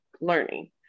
learning